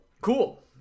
Cool